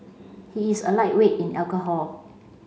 he is a lightweight in alcohol